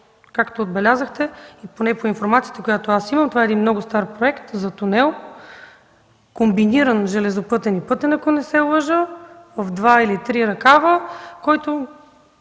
Както отбелязахте, и поне по информацията, която аз имам, това е един много стар проект за тунел, комбиниран – железопътен и пътен, ако не се лъжа, в два или три ръкава, който